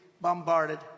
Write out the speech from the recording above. bombarded